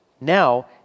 Now